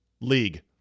league